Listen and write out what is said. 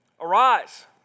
arise